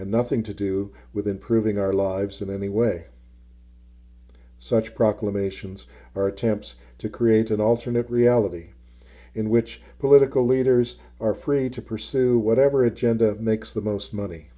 and nothing to do with improving our lives in any way such proclamations or attempts to create an alternate reality in which political leaders are free to pursue whatever agenda makes the most money